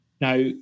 Now